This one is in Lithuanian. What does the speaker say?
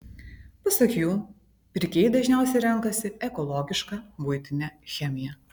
pasak jų pirkėjai dažniausiai renkasi ekologišką buitinę chemiją